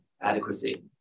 adequacy